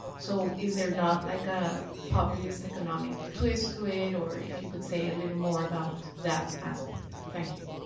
so is there not like a populist economic twist to it? or if you could say a little more about that aspect of it. thank you.